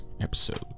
episode